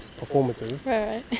performative